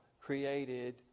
created